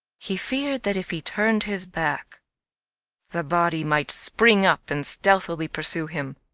he feared that if he turned his back the body might spring up and stealthily pursue him.